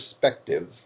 perspective